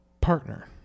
partner